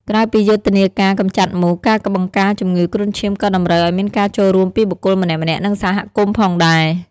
ក្រៅពីយុទ្ធនាការកម្ចាត់មូស ការបង្ការជំងឺគ្រុនឈាមក៏តម្រូវឱ្យមានការចូលរួមពីបុគ្គលម្នាក់ៗ និងសហគមន៍ផងដែរ។